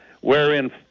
wherein